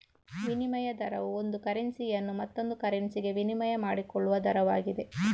ವಿನಿಮಯ ದರವು ಒಂದು ಕರೆನ್ಸಿಯನ್ನು ಮತ್ತೊಂದು ಕರೆನ್ಸಿಗೆ ವಿನಿಮಯ ಮಾಡಿಕೊಳ್ಳುವ ದರವಾಗಿದೆ